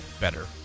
better